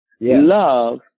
Love